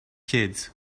kids